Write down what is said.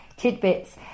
tidbits